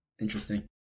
Interesting